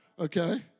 Okay